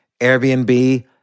Airbnb